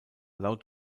laut